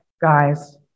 Guys